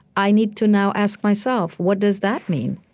i need to now ask myself, what does that mean?